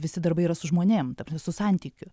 visi darbai yra su žmonėm ta prasme su santykiu